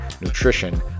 nutrition